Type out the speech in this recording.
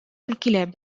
الكلاب